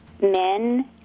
men